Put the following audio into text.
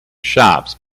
shops